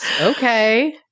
Okay